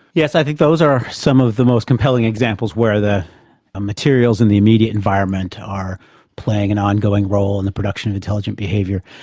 yes, i think those are some of the most compelling examples where the materials in the immediate environment are playing an ongoing role in the production of intelligent behaviour,